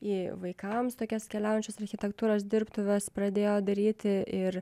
į vaikams tokias keliaujančias architektūros dirbtuves pradėjo daryti ir